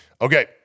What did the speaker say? Okay